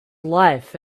life